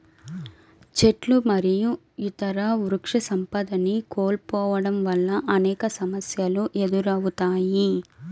చెట్లు మరియు ఇతర వృక్షసంపదని కోల్పోవడం వల్ల అనేక సమస్యలు ఎదురవుతాయి